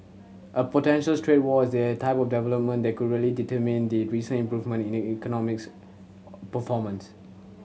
a potential trade war is the type of development that could really determine the recent improvement in the economics performance